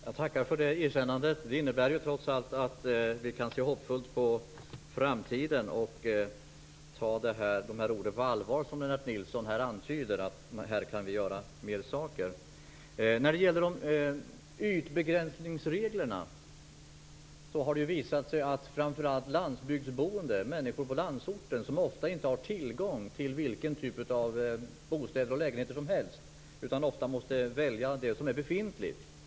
Herr talman! Jag tackar för det erkännandet. Det innebär trots allt att vi kan se hoppfullt på framtiden och ta de ord som Lennart Nilsson här antyder på allvar. På det här området kan vi göra mer saker. När det gäller ytbegränsningsreglerna har det visat sig att framför allt människor på landsorten ofta inte har tillgång till vilken typ av bostäder och lägenheter som helst, utan måste välja det som är befintligt.